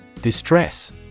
Distress